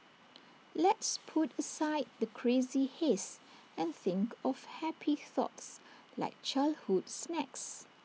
let's put aside the crazy haze and think of happy thoughts like childhood snacks